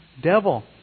devil